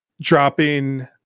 dropping